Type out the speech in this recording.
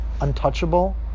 untouchable